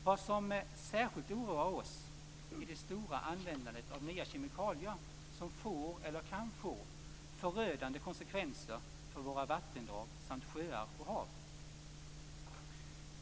Vad som särskilt oroar oss är det stora användandet av nya kemikalier som får eller kan få förödande konsekvenser för våra vattendrag samt sjöar och hav.